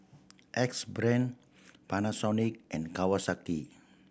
Axe Brand Panasonic and Kawasaki